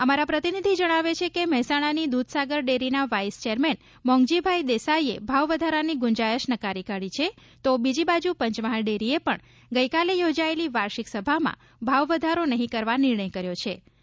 અમારા પ્રતિનિધિ જણાવે છે કે મહેસાણાની દૂધસાગર ડેરીના વાઇસ ચેરમેન મોંઘજીભાઇ દેસાઇએ ભાવવધારાની ગુંજાયશ નકારી કાઢી છે તો બીજી બાજી પંચમહાલ ડેરીએ પણ ગઇકાલે યોજાયેલી વાર્ષિક સભામાં ભાવવધારો નહિં કરવા નિર્ણય કરેલો